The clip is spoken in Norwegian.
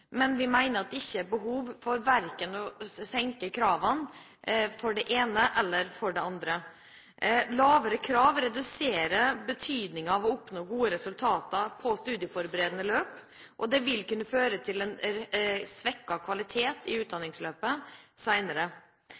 men vi mener det ikke er behov for å senke kravene verken for det ene eller for det andre. Lavere krav reduserer betydningen av å oppnå gode resultater på studieforberedende løp, og det vil kunne føre til en svekket kvalitet i utdanningsløpet